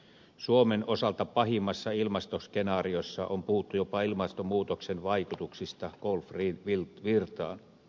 suomen osalta pahimmassa ilmastoskenaariossa on puhuttu jopa ilmastonmuutoksen vaikutuksista golfvirtaan